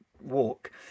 walk